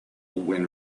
when